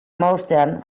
hamabostean